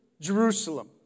Jerusalem